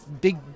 big